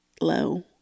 low